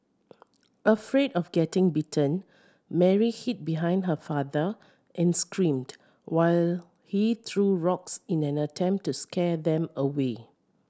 afraid of getting bitten Mary hid behind her father and screamed while he threw rocks in an attempt to scare them away